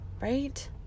Right